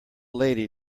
lady